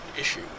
issue